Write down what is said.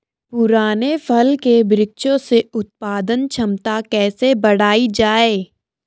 पुराने फल के वृक्षों से उत्पादन क्षमता कैसे बढ़ायी जाए?